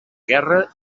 guerra